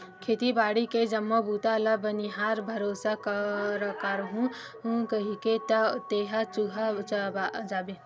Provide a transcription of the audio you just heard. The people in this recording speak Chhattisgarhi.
खेती बाड़ी के जम्मो बूता ल बनिहार भरोसा कराहूँ कहिके त तेहा दूहा जाबे